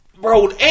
Bro